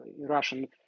Russian